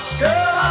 Girl